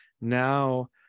Now